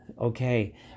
okay